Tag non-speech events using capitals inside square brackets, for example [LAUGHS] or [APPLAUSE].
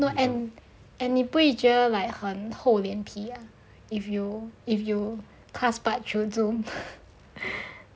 no and and 你不会觉得 like 很厚脸皮 if you if you class part 求助 [LAUGHS]